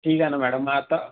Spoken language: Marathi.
ठीक आहे ना मॅडम मग आता